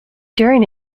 during